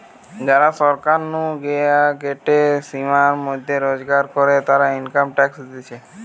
যারা সরকার নু দেওয়া গটে সীমার মধ্যে রোজগার করে, তারা ইনকাম ট্যাক্স দিতেছে